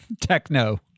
techno